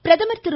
பிரதமர் திரு